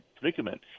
predicament